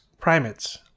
Primates